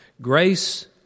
grace